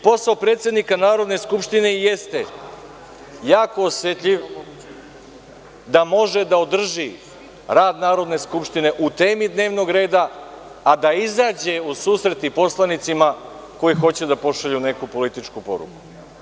Posao predsednika Narodne skupštine jeste jako osetljiv da može da održi rad Narodne skupštine u temi dnevnog reda, a da izađe u susret i poslanicima koji hoće da pošalju neku političku poruku.